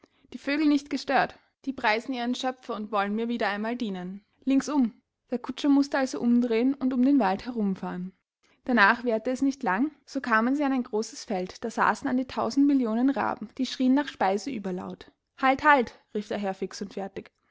die vögel nicht gestört die preisen ihren schöpfer und wollen mir wieder einmal dienen links um der kutscher mußte also umdrehen und um den wald herumfahren darnach währte es nicht lang so kamen sie an ein großes feld da saßen an die tausend millionen raben die schrien nach speise überlaut halt halt rief der herr fix und fertig